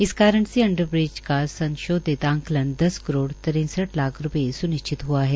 इस कारण से अंडरब्रिज का संशोधित आंकलन दस करोड़ तरेसठ लाख रूपये स्निश्चित हुआ है